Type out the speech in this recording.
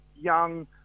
young